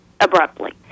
abruptly